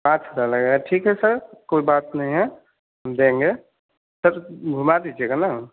पाँच हज़ार लगेगा ठीक है सर कोई बात नहीं है हम देंगे सर घुमा दीजिएगा ना